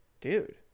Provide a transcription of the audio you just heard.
Dude